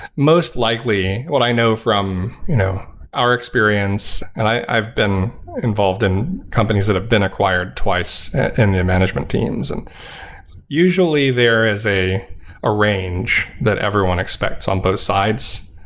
most likely, what i know from you know our experience, and i've been involved in companies that have been acquired twice in the management teams. and usually there is a ah range that everyone expects on both sides,